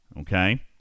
Okay